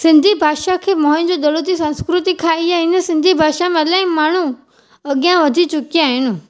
सिंधी भाषा खे Mohenjodaro जी संस्कृति खां ई आहिनि सिंधी भाषा में अलाई माण्हू अॻियां वधी चुकिया आहिनि